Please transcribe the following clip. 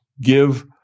give